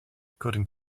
according